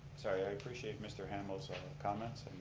appreciate mr. hamel's comments